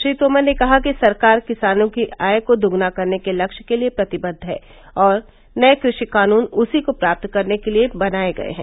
श्री तोमर ने कहा कि सरकार किसानों की आय को दोगुना करने के लक्ष्य के लिए प्रतिबद्ध है और नए कृषि कानून उसी को प्राप्त करने के लिए बनाये गए हैं